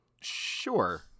Sure